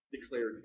declared